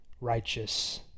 righteous